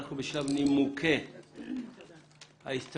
אנחנו בשלב נימוקי ההסתייגות,